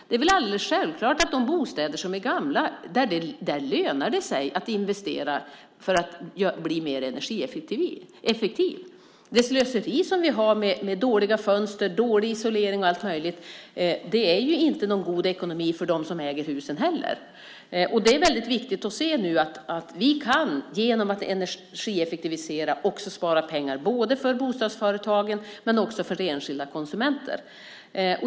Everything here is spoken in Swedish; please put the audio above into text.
Det är alldeles självklart att det i gamla bostäder lönar sig att investera för att bli mer energieffektiv. Det slöseri som vi har med dåliga fönster, dålig isolering och allt möjligt är inte någon god ekonomi för dem som äger husen heller. Det är väldigt viktigt att nu se att vi genom att energieffektivisera också kan spara pengar både för bostadsföretagen och för enskilda konsumenter.